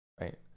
right